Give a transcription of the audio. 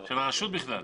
של הרשות בכלל.